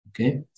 Okay